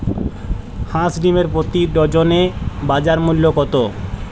হাঁস ডিমের প্রতি ডজনে বাজার মূল্য কত?